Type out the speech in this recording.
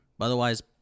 Otherwise